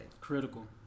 Critical